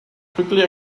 quickly